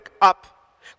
up